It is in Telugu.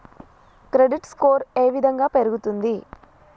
క్రెడిట్ స్కోర్ ఏ విధంగా పెరుగుతుంది?